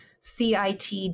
CIT